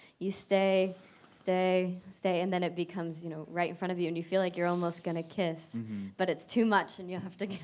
you stay stay stay and then it becomes you know right in front of you and you feel like you're almost gonna kiss but it's too much and you have to get